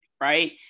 right